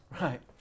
Right